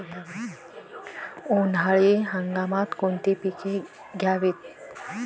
उन्हाळी हंगामात कोणती पिके घ्यावीत?